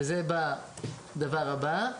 וזה בדבר הבא.